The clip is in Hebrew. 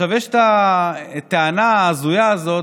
יש את הטענה ההזויה הזאת,